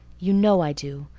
you know i do.